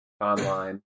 online